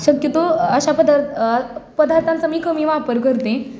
शक्यतो अशा पदार्थ पदार्थांचा मी कमी वापर करते